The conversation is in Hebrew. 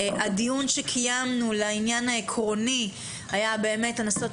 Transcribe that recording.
הדיון שקיימנו לעניין העקרוני היה לנסות